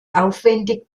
aufwendig